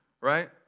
right